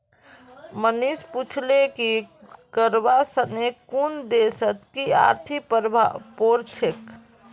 मनीष पूछले कि करवा सने कुन देशत कि आर्थिक प्रभाव पोर छेक